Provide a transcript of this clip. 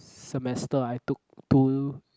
semester I took two